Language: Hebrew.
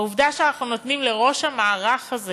העובדה שאנחנו נותנים לראש המערך הזה